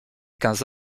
quinze